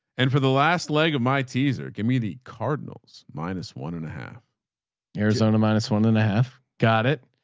and for the last leg of my teaser, give me the cardinals. minus one and a half arizona minus one and a half. got it.